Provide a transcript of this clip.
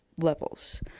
levels